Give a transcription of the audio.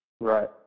Right